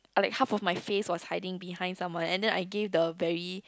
I like half of my face was hiding behind someone and then I give the very